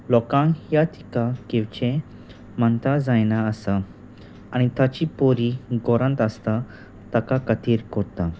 लोकांक ह्या टिका घेवचें मानता जायना आसा आनी ताची पोरी गोरांत आसता ताका खातीर करता